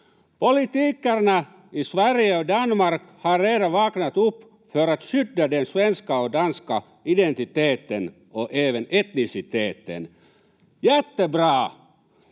Politikerna i Sverige och Danmark har redan vaknat upp för att skydda den svenska och danska identiteten och även etniciteten. Jättebra!